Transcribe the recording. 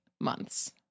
months